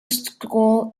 school